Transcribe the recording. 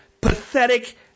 pathetic